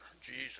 Jesus